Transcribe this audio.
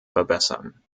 verbessern